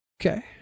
Okay